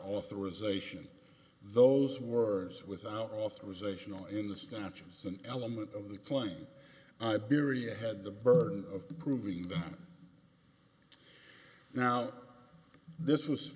authorization those words without authorization are in the statutes an element of the plane i bierria had the burden of proving that now this was